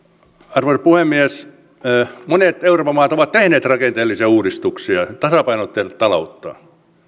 arvoisa puhemies monet euroopan maat ovat tehneet rakenteellisia uudistuksia tasapainottaneet talouttaan